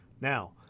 Now